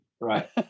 right